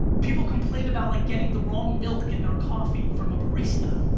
people complain about like getting the wrong milk in their coffee from a barista